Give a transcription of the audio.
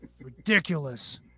Ridiculous